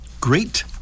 great